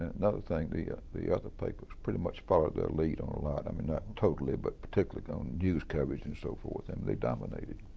and another thing, the the other papers pretty much followed their lead on a lot. i mean, not totally, but particularly on news coverage and so forth, um they dominated.